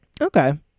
Okay